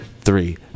three